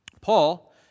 Paul